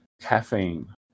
caffeine